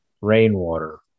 Rainwater